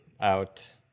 out